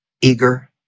eager